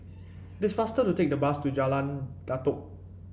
this faster to take the bus to Jalan Datoh